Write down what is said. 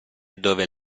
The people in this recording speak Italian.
dove